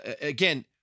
again